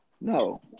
No